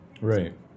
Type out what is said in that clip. right